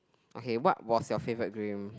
okay what was your favorite game